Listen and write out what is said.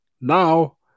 Now